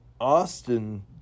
Austin